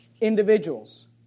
individuals